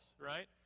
right